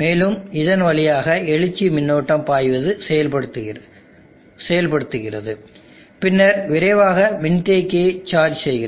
மேலும் இதன் வழியாக எழுச்சி மின்னோட்டம் பாய்வது செயல்படுத்துகிறது பின்னர் விரைவாக மின்தேக்கியை சார்ஜ் செய்கிறது